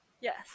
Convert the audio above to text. Yes